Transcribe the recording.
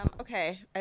Okay